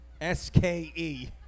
S-K-E